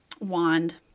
Wand